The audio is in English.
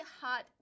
hot